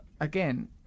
again